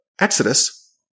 Exodus